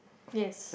yes